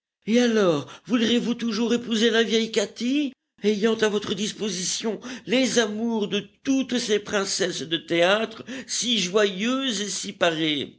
et alors voudrez-vous toujours épouser la vieille katy ayant à votre disposition les amours de toutes ces princesses de théâtre si joyeuses et si parées